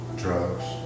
drugs